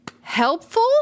Helpful